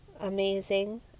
amazing